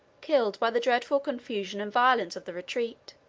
killed by the dreadful confusion and violence of the retreat,